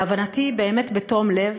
להבנתי באמת בתום לב,